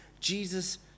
Jesus